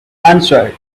answered